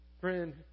Friend